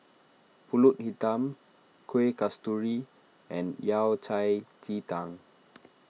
Pulut Hitam Kuih Kasturi and Yao Cai Ji Tang